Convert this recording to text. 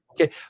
Okay